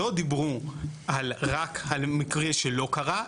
לא דיברו על רק על מקרה שלא קרה,